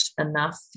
enough